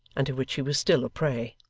and to which he was still a prey,